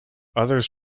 others